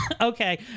Okay